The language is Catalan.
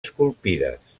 esculpides